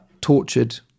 tortured